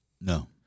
no